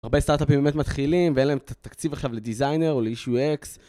הרבה סטארט-אפים באמת מתחילים ואין להם תקציב עכשיו לדיזיינר או לאישו אקס.